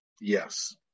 Yes